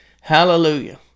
Hallelujah